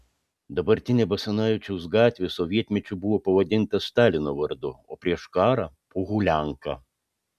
dabartinė basanavičiaus gatvė sovietmečiu buvo pavadinta stalino vardu o prieš karą pohulianka